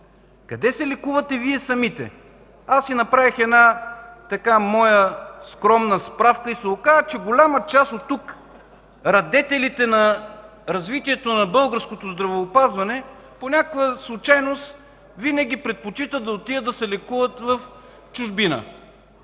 Къде се лекувате Вие самите?! Аз си направих една моя скромна справка и се оказа, че голяма част от тук – радетелите на развитието на българското здравеопазване, по някаква случайност винаги предпочитат да отидат да се лекуват в чужбина,